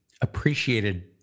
appreciated